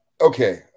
okay